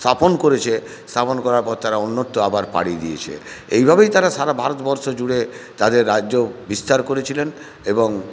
স্থাপন করেছে স্থাপন করার পর তারা অন্যত্র আবার পাড়ি দিয়েছে এইভাবেই তারা সারা ভারতবর্ষ জুড়ে তাদের রাজ্য বিস্তার করেছিলেন এবং